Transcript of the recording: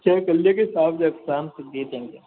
check कर लेंगे शाम को शाम तक दे देंगे